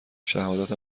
شهادت